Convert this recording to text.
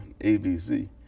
abc